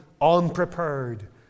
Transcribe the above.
unprepared